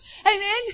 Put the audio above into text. Amen